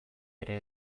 ere